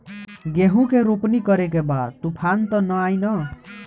गेहूं के रोपनी करे के बा तूफान त ना आई न?